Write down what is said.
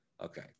Okay